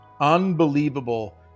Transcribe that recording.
unbelievable